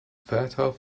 fertile